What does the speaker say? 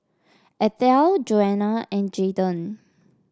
Ethel Joana and Jayden